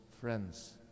friends